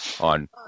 on